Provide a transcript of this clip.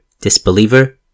disbeliever